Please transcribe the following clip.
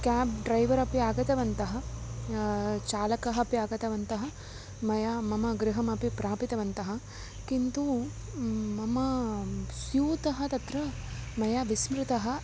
cab driver अपि आगतवन्तः चालकः अपि आगतवन्तः मया मम गृहमपि प्रापितवन्तः किन्तु मम स्यूतः तत्र मया विस्मृतः